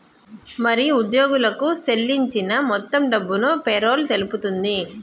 మరి ఉద్యోగులకు సేల్లించిన మొత్తం డబ్బును పేరోల్ తెలుపుతుంది